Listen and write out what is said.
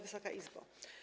Wysoka Izbo!